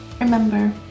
Remember